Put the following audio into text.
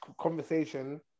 conversation